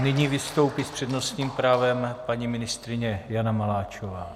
Nyní vystoupí s přednostním právem paní ministryně Jana Maláčová.